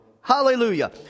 Hallelujah